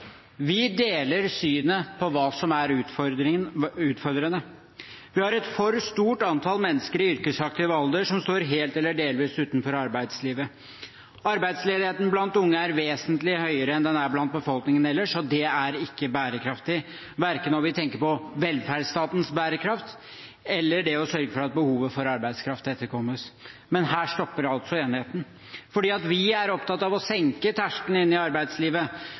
Vi deler synet på hva som er utfordrende. Vi har et for stort antall mennesker i yrkesaktiv alder som står helt eller delvis utenfor arbeidslivet. Arbeidsledigheten blant unge er vesentlig høyere enn blant befolkningen ellers, og det er ikke bærekraftig, verken når vi tenker på velferdsstatens bærekraft eller det å sørge for at behovet for arbeidskraft etterkommes. Her stopper enigheten. Vi er opptatt av å senke terskelen inn i arbeidslivet.